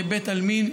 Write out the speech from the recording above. בית עלמין,